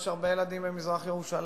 יש הרבה ילדים ממזרח-ירושלים,